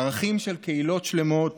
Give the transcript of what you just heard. ערכים של קהילות שלמות